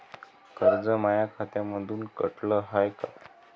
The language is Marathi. कर्ज माया खात्यामंधून कटलं हाय का?